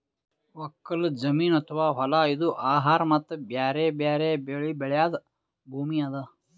ಒಕ್ಕಲ್ ಜಮೀನ್ ಅಥವಾ ಹೊಲಾ ಇದು ಆಹಾರ್ ಮತ್ತ್ ಬ್ಯಾರೆ ಬ್ಯಾರೆ ಬೆಳಿ ಬೆಳ್ಯಾದ್ ಭೂಮಿ ಅದಾ